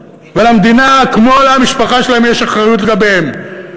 ולמדינה, כמו למשפחה שלהם, יש אחריות לגביהם.